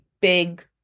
big